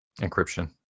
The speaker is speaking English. encryption